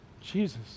Jesus